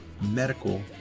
medical